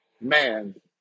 man